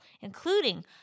including